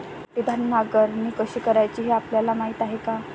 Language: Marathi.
पट्टीदार नांगरणी कशी करायची हे आपल्याला माहीत आहे का?